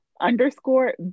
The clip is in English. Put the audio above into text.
underscore